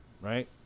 right